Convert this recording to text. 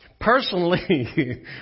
Personally